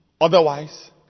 Otherwise